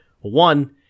one